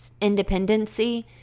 independency